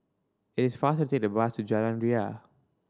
it is faster to take the bus to Jalan Ria